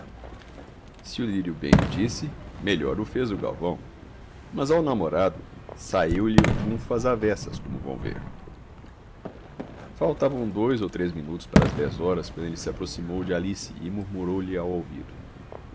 se o lírio bem o disse melhor o fez o galvão mas ao namorado saiu-lhe o trunfo às avessas como vão ver faltavam dois ou três minutos para as dez horas quando ele se aproximou de alice e murmurou-lhe ao ouvido